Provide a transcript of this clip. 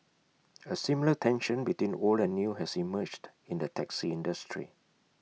A similar tension between old and new has emerged in the taxi industry